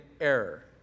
error